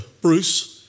Bruce